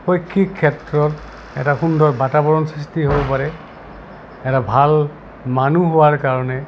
শৈক্ষিক ক্ষেত্ৰত এটা সুন্দৰ বাতাবৰণ সৃষ্টি হ'ব পাৰে এটা ভাল মানুহ হোৱাৰ কাৰণে